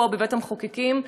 בבית-המחוקקים,